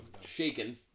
shaken